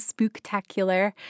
spooktacular